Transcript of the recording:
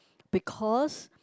because